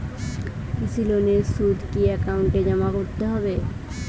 কৃষি লোনের সুদ কি একাউন্টে জমা করতে হবে?